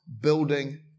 building